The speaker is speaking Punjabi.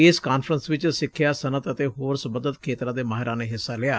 ਇਸ ਕਾਨਫਰੰਸ ਵਿਚ ਸਿਖਿਆ ਸਨਅੱਤ ਅਤੇ ਹੋਰ ਸਬੰਧਤ ਖੇਤਰਾਂ ਦੇ ਮਾਹਿਰਾਂ ਨੇ ਹਿੱਸਾ ਲਿਆ